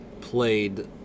played